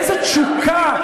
באיזו תשוקה,